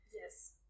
Yes